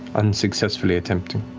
unsuccessfully attempted.